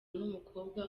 n’umukobwa